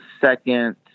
second